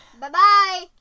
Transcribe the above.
Bye-bye